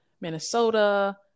Minnesota